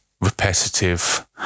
repetitive